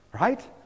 right